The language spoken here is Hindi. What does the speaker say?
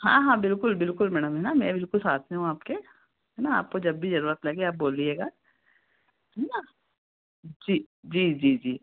हाँ हाँ बिल्कुल बिल्कुल मैडम है ना मैं बिल्कुल साथ में हूँ आपके है ना आपको जब भी जरूरत लगे आप बोल दीजिएगा हैं ना जी जी जी जी